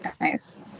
Nice